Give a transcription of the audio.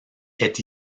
est